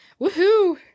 Woohoo